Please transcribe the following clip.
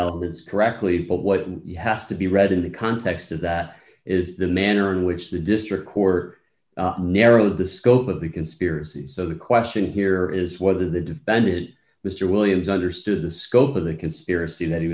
elements correctly but what has to be read in the context of that is the manner in which the district court narrowed the scope of the conspiracy so the question here is whether the defended mr williams understood the scope of the conspiracy that he